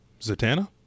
Zatanna